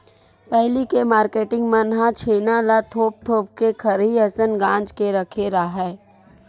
पहिली के मारकेटिंग मन ह छेना ल थोप थोप के खरही असन गांज के रखे राहय